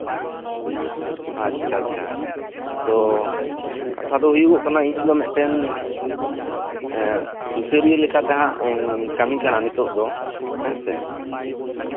ᱟᱪᱪᱷᱟ ᱛᱳ ᱠᱟᱛᱷᱟ ᱫᱚ ᱦᱩᱭᱩᱜ ᱠᱟᱱᱟ ᱤᱧ ᱫᱚ ᱢᱤᱫᱴᱮᱱ ᱥᱩᱥᱟᱹᱨᱤᱭᱟᱹ ᱞᱮᱠᱟᱛᱤᱧ ᱠᱟᱹᱢᱤ ᱠᱟᱱᱟ ᱦᱮᱸᱥᱮ